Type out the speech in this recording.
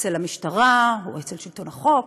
אצל המשטרה או אצל שלטון החוק,